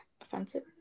offensive